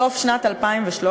סוף שנת 2013,